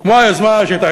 כמו היוזמה שהייתה,